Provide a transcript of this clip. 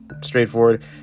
Straightforward